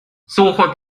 suche